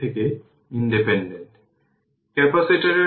সুতরাং এটি হবে didt বা v L didt এটি ইকুয়েশন 28